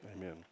Amen